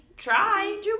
Try